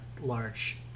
large